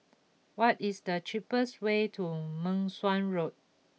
what is the cheapest way to Meng Suan Road